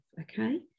okay